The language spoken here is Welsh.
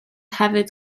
hefyd